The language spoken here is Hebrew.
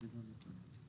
ליאור, בבקשה.